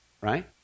right